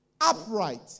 upright